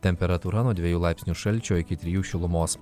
temperatūra nuo dviejų laipsnių šalčio iki trijų šilumos